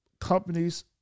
companies